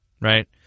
Right